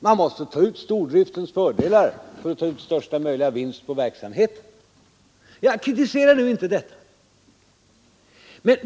Man måste begagna stordriftens fördelar för att ta ut största möjliga vinst på verksamheten Jag kritiserar inte detta.